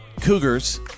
cougars